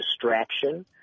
distraction